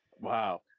wow